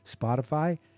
Spotify